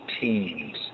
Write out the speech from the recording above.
teens